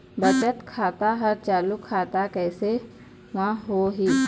बचत खाता हर चालू खाता कैसे म होही?